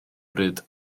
bryd